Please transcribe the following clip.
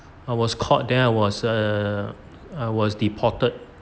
I was caught then I was err I was deported